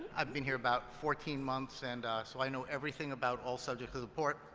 i've been here about fourteen months, and so i know everything about all subjects of the port.